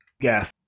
Yes